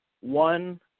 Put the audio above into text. one